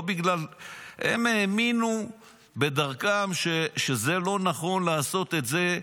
הם האמינו בדרכם שזה לא נכון לעשות את זה,